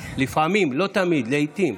לפעמים, לא תמיד, לעיתים.